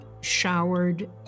showered